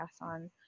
on